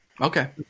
Okay